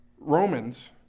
Romans